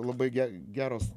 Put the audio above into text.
labai ge geros